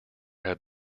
have